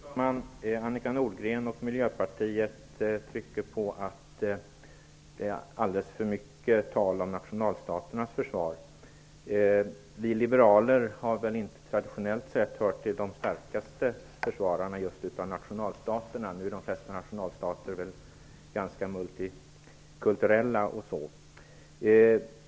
Fru talman! Annika Nordgren och Miljöpartiet trycker på och säger att det är alldeles för mycket tal om nationalstaternas försvar. Vi liberaler har traditionellt inte hört till de starkaste försvararna just av nationalstaterna. Nu är väl de flesta nationalstater ganska multikulturella.